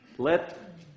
let